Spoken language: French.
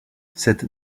cette